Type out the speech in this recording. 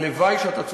הלוואי, שאתה צודק.